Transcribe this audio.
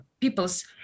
people's